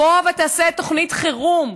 בוא ותעשה תוכנית חירום,